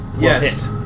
Yes